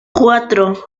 cuatro